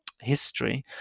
history